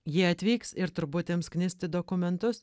jie atvyks ir turbūt ims knisti dokumentus